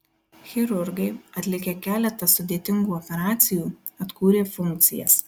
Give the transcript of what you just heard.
chirurgai atlikę keletą sudėtingų operacijų atkūrė funkcijas